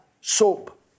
soap